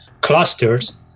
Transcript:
clusters